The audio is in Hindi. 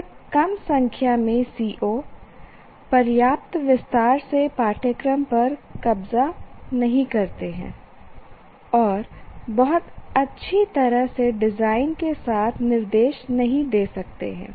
बहुत कम संख्या में CO पर्याप्त विस्तार से पाठ्यक्रम पर कब्जा नहीं करते हैं और बहुत अच्छी तरह से डिजाइन के साथ निर्देश नहीं दे सकते हैं